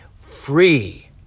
free